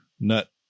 nut